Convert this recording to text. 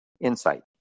insight